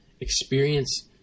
experience